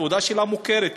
התעודה שלה מוכרת,